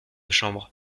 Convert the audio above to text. chambre